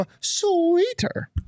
sweeter